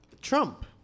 Trump